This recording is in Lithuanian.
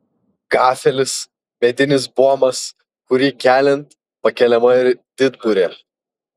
gafelis medinis buomas kurį keliant pakeliama ir didburė